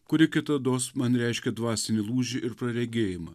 kuri kitados man reiškė dvasinį lūžį ir praregėjimą